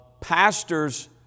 pastors